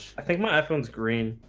i think my iphone is green